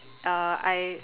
okay